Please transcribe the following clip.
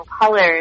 colors